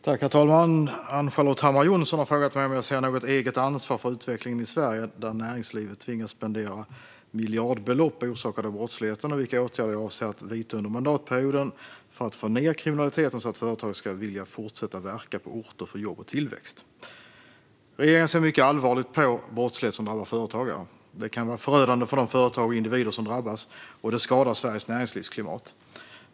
Herr talman! Ann-Charlotte Hammar Johnsson har frågat mig om jag ser något eget ansvar för utvecklingen i Sverige där näringslivet tvingas spendera miljardbelopp orsakade av brottsligheten och om vilka åtgärder jag avser att vidta under mandatperioden för att få ned kriminaliteten så att företag ska vilja fortsätta verka på orter för jobb och tillväxt. Regeringen ser mycket allvarligt på brottslighet som drabbar företagare. Det kan vara förödande för de företag och individer som drabbas, och det skadar Sveriges näringslivsklimat.